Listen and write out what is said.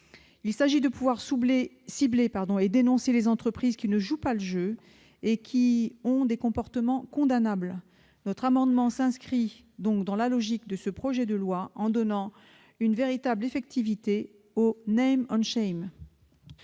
il s'agit de cibler et de dénoncer les entreprises qui ne jouent pas le jeu et ont des comportements condamnables, le présent amendement s'inscrit dans la logique de ce projet de loi, en donnant une véritable effectivité au . Quel est